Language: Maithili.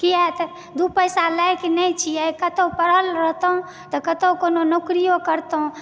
किआ तऽ दू पैसा लायक नहि छियै कतहुँ पढ़ल रहितहुँ तऽ कतहुँ कोनो नोकरियो करतहुँ